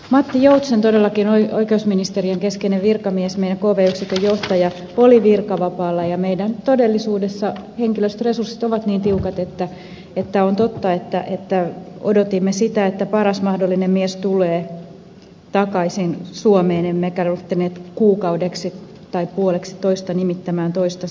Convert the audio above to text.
matti joutsen oikeusministeriön keskeinen virkamies meidän kv yksikkömme johtaja todellakin oli virkavapaalla ja todellisuudessa meidän henkilöstöresurssimme ovat niin tiukat että on totta että odotimme sitä että paras mahdollinen mies tulee takaisin suomeen emmekä ryhtyneet kuukaudeksi tai puoleksitoista nimittämään toista siihen tilalle